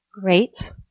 great